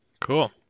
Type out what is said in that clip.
Cool